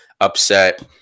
upset